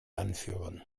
anführen